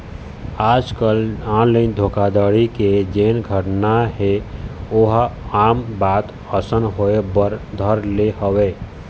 आजकल ऑनलाइन धोखाघड़ी के जेन घटना हे ओहा आम बात असन होय बर धर ले हवय